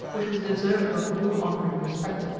which was deserving of all honour and respect.